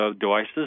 devices